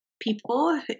people